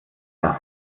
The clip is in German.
das